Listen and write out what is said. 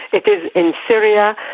it is in syria,